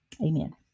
Amen